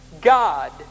God